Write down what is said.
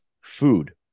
food